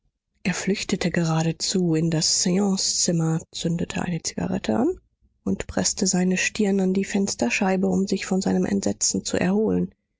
er flüchtete geradezu in das seancezimmer zündete eine zigarette an und preßte seine stirn an die fensterscheibe um sich von seinem entsetzen zu erholen